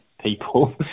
people